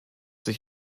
sich